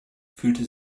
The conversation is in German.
fühlte